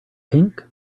pink